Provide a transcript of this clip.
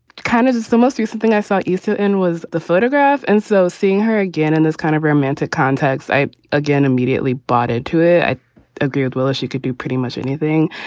kind of is the most recent thing i saw you the in was the photograph. and so seeing her again and this kind of romantic context, i again immediately bought into it. i agree with well, she could do pretty much anything